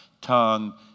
tongue